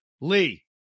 Lee